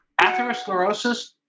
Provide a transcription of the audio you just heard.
atherosclerosis